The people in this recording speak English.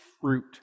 fruit